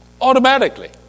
automatically